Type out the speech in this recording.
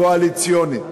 קואליציונית.